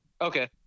okay